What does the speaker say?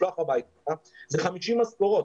לשלוח הביתה, זה 50 משכורות,